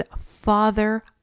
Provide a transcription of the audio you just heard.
father